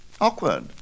Awkward